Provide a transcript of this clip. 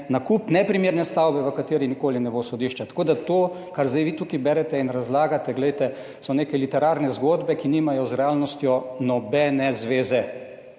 nakup neprimerne stavbe, v kateri nikoli ne bo sodišče. Tako, da to kar zdaj vi tukaj berete in razlagate, glejte, so neke literarne zgodbe, ki nimajo z realnostjo nobene zveze,